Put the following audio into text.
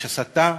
יש הסתה,